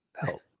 Help